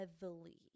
heavily